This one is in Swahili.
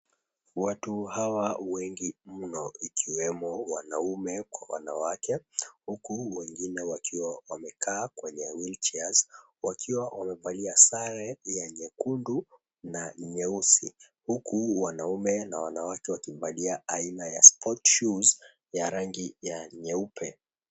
Watu hawa wengi mno ikiwemo wanaume kwa wanawake, huku wengine wakiwa wamekaa kwenye wheelchairs , wakiwa wamevalia sare ya nyekundu na nyeusi, huku wanaume na wanawake wakivalia aina ya [𝑐𝑠]sport shoes[𝑐𝑠] ya rangi ya nyeupe.